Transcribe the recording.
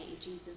Jesus